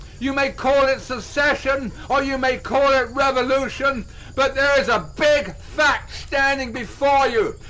you may call it secession, or you may call it revolution but there is a big fact standing before you,